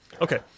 Okay